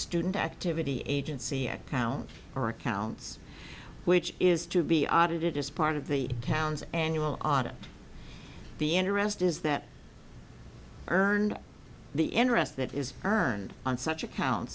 student activity agency account or accounts which is to be audited as part of the town's annual audit be an arrest is that earned the interest that is earned on such accounts